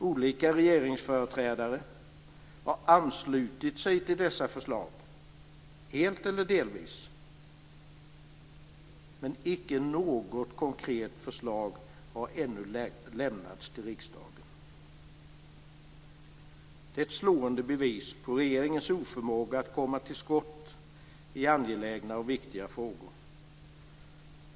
Olika regeringsföreträdare har helt eller delvis anslutit sig till dessa förslag. Men ännu har icke något konkret förslag lämnats till riksdagen. Det är ett slående bevis på regeringens oförmåga att komma till skott i angelägna och viktiga frågor.